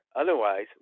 Otherwise